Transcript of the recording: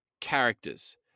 characters